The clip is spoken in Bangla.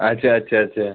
আচ্ছা আচ্ছা আচ্ছা